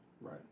Right